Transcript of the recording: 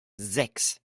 sechs